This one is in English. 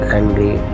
angry